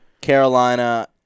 Carolina